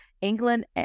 England